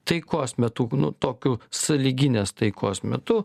taikos metu nu tokiu sąlyginės taikos metu